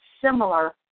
similar